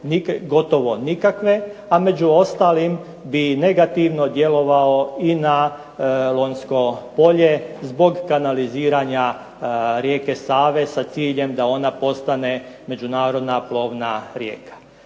gotovo nikakve, a među ostalim bi negativno djelovalo i na Lonjsko polje zbog kanaliziranja rijeke Save sa ciljem da ona postane međunarodna plovna rijeka.